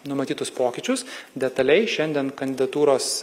numatytus pokyčius detaliai šiandien kandidatūros